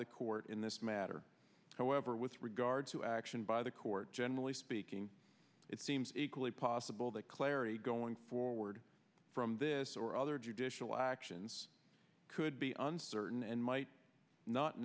the court in this matter however with regard to action by the court generally speaking it seems equally possible that clarity going forward from this or other judicial actions could be uncertain and might not